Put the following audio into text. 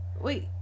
Wait